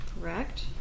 correct